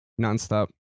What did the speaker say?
nonstop